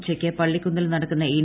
ഉച്ചയ്ക്ക് പള്ളിക്കുന്നിൽ നടക്കുന്ന എൻ